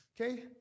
Okay